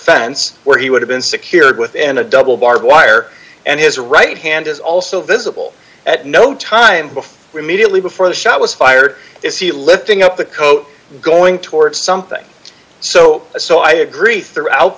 fence where he would have been secured within a double barbed wire and his right hand is also visible at no time before we mediately before the shot was fired is he lifting up the coat going towards something so so i agree throughout